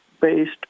based